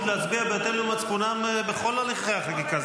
להצביע בהתאם למצפונם בכל הליכי החקיקה.